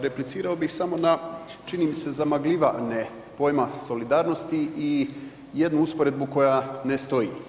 Replicirao bih samo na čini mi se zamagljivanje pojma solidarnosti i jednu usporedbu koja ne stoji.